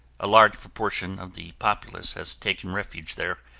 a large proportion of the populace has taken refuge there,